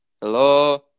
Hello